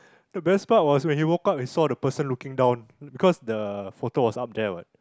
the best part was when he woke up he saw the person looking down because the photo was up there what